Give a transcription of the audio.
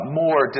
more